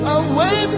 away